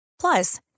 Plus